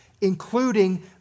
including